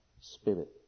spirit